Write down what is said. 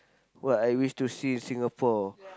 what I wish to see in Singapore